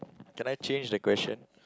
can I change the question